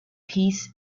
peace